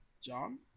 John